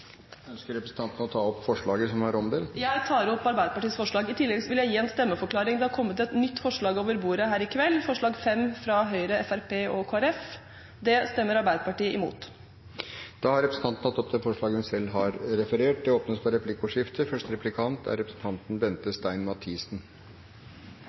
Ønsker representanten å ta opp de forslagene som er omdelt i salen? Jeg tar opp Arbeiderpartiets forslag. I tillegg vil jeg gi en stemmeforklaring. Det har kommet et nytt forslag over bordet her i kveld, forslag nr. 5, fra Høyre, Fremskrittspartiet og Kristelig Folkeparti. Det stemmer Arbeiderpartiet imot. Representanten Anette Trettebergstuen har tatt opp de forslagene hun refererte til. Det blir replikkordskifte. Samboerskap er blitt en vanlig samlivsform. Det er